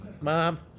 Mom